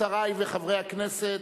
שרי וחברי הכנסת,